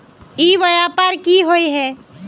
ई व्यापार की होय है?